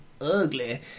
ugly